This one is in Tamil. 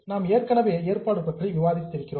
நாம் ஏற்கனவே ஏற்பாடு பற்றி விவாதித்து இருக்கிறோம்